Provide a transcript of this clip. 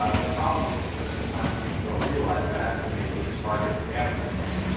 ah the problem is is that sometimes people don't realize that, and they just target everybody.